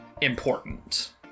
important